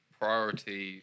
priority